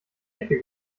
ecke